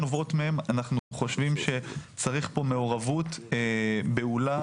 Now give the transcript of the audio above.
אנחנו חושבים שצריך פה מעורבות בהולה,